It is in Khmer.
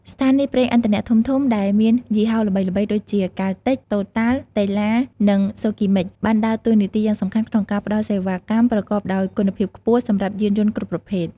ស្ថានីយ៍ប្រេងឥន្ធនៈធំៗដែលមានយីហោល្បីៗដូចជា កាល់តិច , តូតាល់ , តេឡា និង សូគីម៉ិច បានដើរតួនាទីយ៉ាងសំខាន់ក្នុងការផ្តល់សេវាកម្មប្រកបដោយគុណភាពខ្ពស់សម្រាប់យានយន្តគ្រប់ប្រភេទ។